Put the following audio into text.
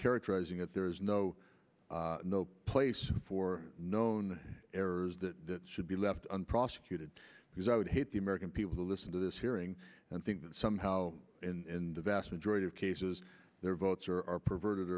characterizing it there is no no place for known errors that should be left unprosecuted because i would hate the american people to listen to this hearing and think that somehow in the vast majority of cases their votes or our perverted